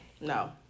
no